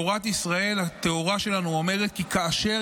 תורת ישראל הטהורה שלנו אומרת: "כי כאשר